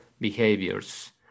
behaviors